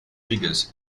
figures